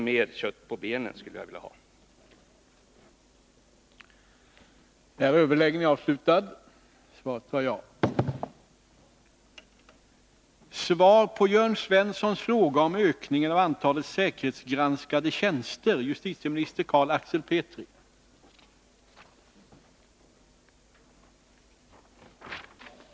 Jag skulle vilja ha litet mera kött på benen.